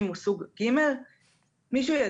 היא לא